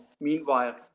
meanwhile